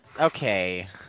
Okay